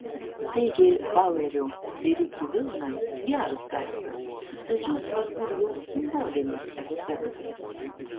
taigi bauerio ėriukų vilna geras daiktas tačiau svarbu ir jos simbolinis aspektas